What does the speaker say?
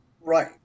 right